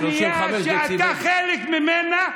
שאתה חלק ממנה,